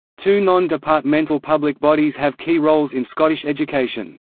two non-departmental public bodies have key roles in scottish education.